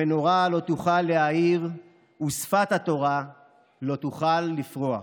המנורה לא תוכל להאיר ושפת התורה לא תוכל לפרוח.